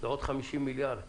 זה עוד 50 מיליארד ש"ח,